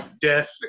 Death